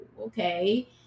okay